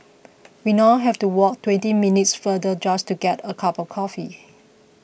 we now have to walk twenty minutes further just to get a cup of coffee